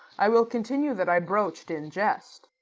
i will continue that i broach'd in jest.